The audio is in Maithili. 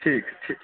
ठीक ठीक